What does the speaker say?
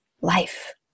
life